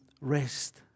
rest